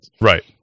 Right